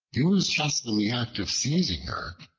he was just in the act of seizing her,